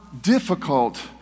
difficult